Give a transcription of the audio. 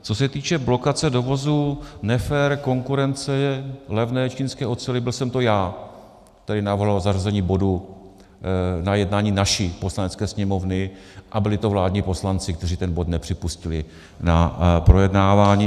Co se týče blokace dovozu nefér konkurence levné čínské oceli, byl jsem to já, který navrhoval zařazení bodu na jednání naší Poslanecké sněmovny, a byli to vládní poslanci, kteří ten bod nepřipustili na projednávání.